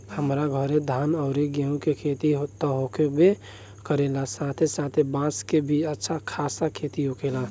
हमरा घरे धान अउरी गेंहू के खेती त होखबे करेला साथे साथे बांस के भी अच्छा खासा खेती होखेला